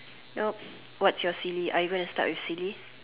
well what is your silly are you going to start with silly